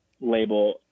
label